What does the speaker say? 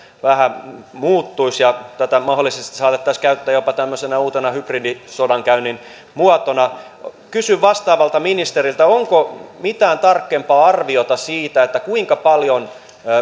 vähän muuttuisi ja tätä mahdollisesti saatettaisiin käyttää jopa tämmöisenä uutena hybridisodankäynnin muotona kysyn vastaavalta ministeriltä onko mitään tarkempaa arviota siitä kuinka paljon